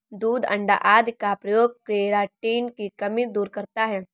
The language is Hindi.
दूध अण्डा आदि का प्रयोग केराटिन की कमी दूर करता है